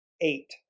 Eight